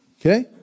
Okay